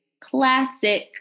Classic